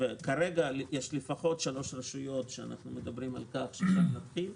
כרגע יש לפחות שלוש רשויות שבהן נתחיל,